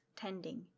tending